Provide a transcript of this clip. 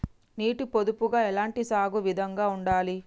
నీటి పొదుపుగా ఎలాంటి సాగు విధంగా ఉండాలి?